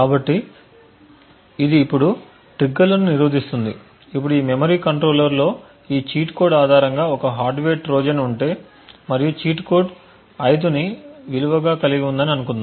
కాబట్టి ఇది ఇప్పుడు ట్రిగ్గర్లను నిరోధిస్తుంది ఇప్పుడు ఈ మెమరీ కంట్రోలర్లో ఈ చీట్ కోడ్ ఆధారంగా ఒక హార్డ్వేర్ ట్రోజన్ ఉంటే మరియు చీట్ కోడ్ 5 ని విలువగా కలిగి ఉందని అనుకుందాం